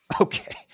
Okay